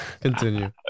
Continue